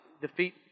defeat